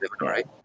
right